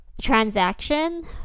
transaction